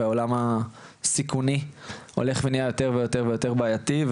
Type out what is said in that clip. והעולם הסיכוני הולך ונהייה יותר ויותר בעייתי.